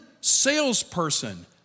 salesperson